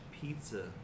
pizza